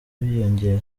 byiyongera